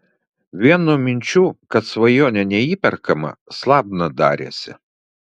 vien nuo minčių kad svajonė neįperkama slabna darėsi